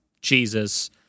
Jesus